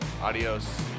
Adios